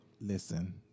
listen